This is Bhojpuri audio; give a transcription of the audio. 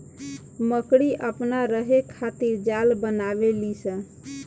मकड़ी अपना रहे खातिर जाल बनावे ली स